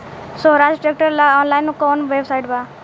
सोहराज tractor ला online कोउन website बा?